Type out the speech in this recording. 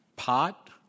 Pot